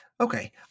Okay